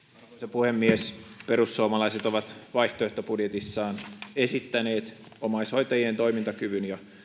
puhemies perussuomalaiset ovat vaihtoehtobudjetissaan esittäneet omaishoitajien toimintakyvyn ja